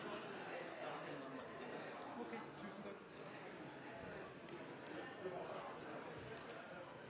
Jeg har